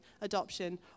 adoption